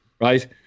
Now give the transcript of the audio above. right